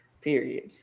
Period